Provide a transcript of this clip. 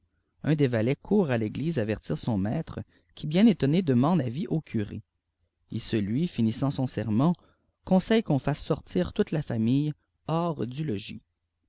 un des valets court à l'église avertir son maître qui bka étonné demande avis au curé icelui finissant son sermon conseille qu'on fasse soptir toute la famille hors du logis